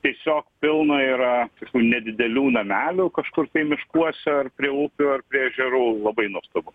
tiesiog pilna yra nedidelių namelių kažkur tai miškuose ar prie upių ar prie ežerų labai nuostabu